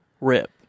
Rip